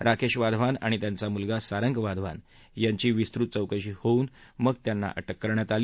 राकेश वाधवान आणि त्यांचा मुलगा सारंग वाधवान यांची विस्तृत चौकशी होऊन मग त्यांना अटक करण्यात आली